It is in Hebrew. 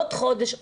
עוד חודש,